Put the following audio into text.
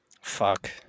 Fuck